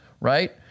right